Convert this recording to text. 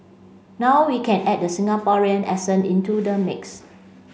now we can add the Singaporean accent into the mix